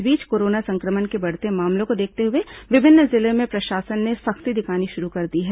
इस बीच कोरोना संक्रमण के बढ़ते मामलों को देखते हुए विभिन्न जिलों में प्रशासन ने सख्ती दिखानी शुरू कर दी है